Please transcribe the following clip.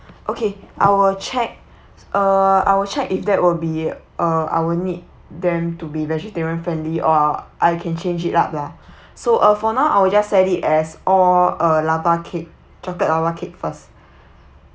okay I will check uh I will check if that will be uh I will need them to be vegetarian friendly or uh I can change it up lah so uh for now I will just set it as all uh lava cake chocolate lava cake first